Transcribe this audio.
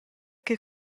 che